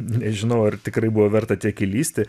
nežinau ar tikrai buvo verta tiek įlįsti